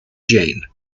jane